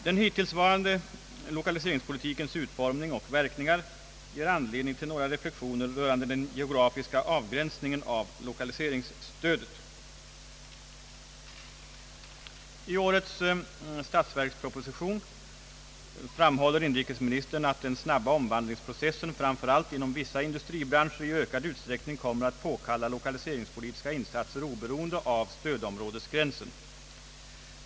Den hittillsvarande lokaliseringspolitikens utformning och verkningar ger anledning till några reflexioner rörande den geografiska avgränsningen av lokaliseringsstödet. I årets statsverksproposition framhåller inrikesministern att den snabba omvandlingsprocessen framför allt inom vissa industribranscher i ökad utsträckning kommer att påkalla lokaliseringspolitiska insatser oberoende av stödområdesgränsen.